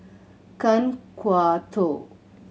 Kan Kwok Toh